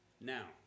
Now